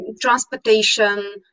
transportation